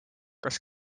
kas